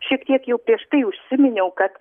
šiek tiek jau prieš tai užsiminiau kad